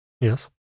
Yes